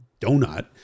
donut